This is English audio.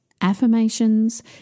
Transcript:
affirmations